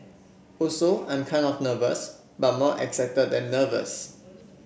also I'm kind of nervous but more excited than nervous